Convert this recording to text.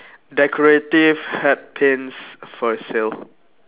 decorative hat pins for sale